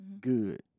good